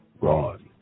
Ron